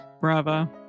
Bravo